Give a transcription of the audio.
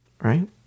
right